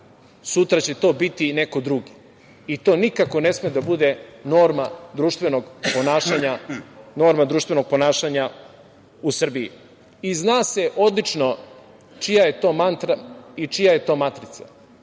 sutra će to biti neko drugi i to nikako ne sme da bude norma društvenog ponašanja u Srbiji. Zna se odlično čija je to mantra i čija je to matrica.